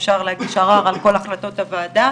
אפשר להגיש ערר על כל החלטות הוועדה.